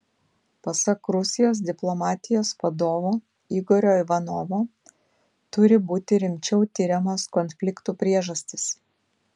pasak rusijos diplomatijos vadovo igorio ivanovo turi būti rimčiau tiriamos konfliktų priežastys